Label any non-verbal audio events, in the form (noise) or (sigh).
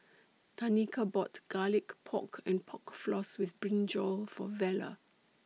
(noise) Tanika bought Garlic Pork and Pork Floss with Brinjal For Vella